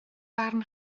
barn